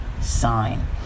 sign